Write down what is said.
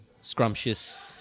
scrumptious